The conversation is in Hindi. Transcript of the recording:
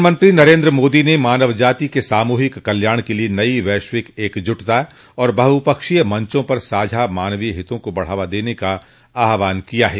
प्रधानमंत्री नरेन्द्र मोदी ने मानव जाति के सामूहिक कल्याण के लिए नई वैश्विक एकजुटता और बहुपक्षीय मंचों पर साझा मानवीय हितों को बढ़ावा देने का आह्वान किया है